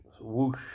whoosh